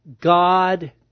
God